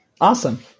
Awesome